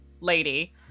lady